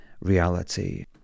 reality